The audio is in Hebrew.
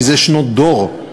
מזה שנות דור,